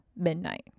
midnight